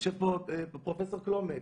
יושבת פה פרופ' קלומק.